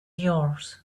yours